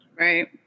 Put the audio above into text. Right